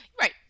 Right